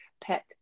pet